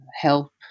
help